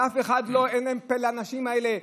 אין פה לאנשים האלה,